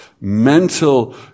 mental